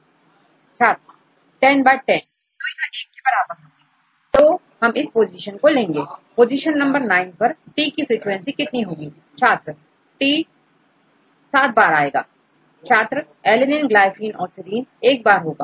छात्र 1010 तो यह एक के बराबर होगी तो हम इस पोजीशन को लेंगे पोजीशन नंबर 9 पर T की फ्रीक्वेंसी कितनी होगी छात्र 7 बार टी होगा छात्र alanine glycine और serine एक बार होगा